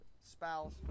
spouse